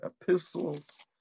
epistles